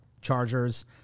chargers